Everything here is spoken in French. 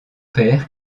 père